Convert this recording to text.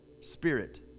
spirit